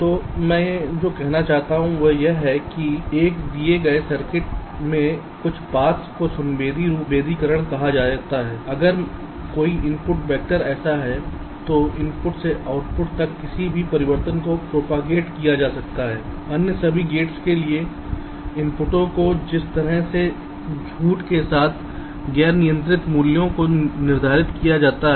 तो मैं जो कहता हूं वह यह है कि एक दिए गए सर्किट में कुछ पथ को संवेदी रूप से संवेदनशील कहा जाता है अगर कोई इनपुट वेक्टर ऐसा है तो इनपुट से आउटपुट तक किसी भी परिवर्तन को प्रोपागेट किया जा सकता है अन्य सभी गेट्स के लिए इनपुटों को जिस तरह से झूठ के साथ गैर नियंत्रित मूल्यों को निर्धारित किया जाता है